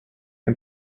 and